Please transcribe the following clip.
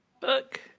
Book